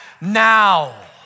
now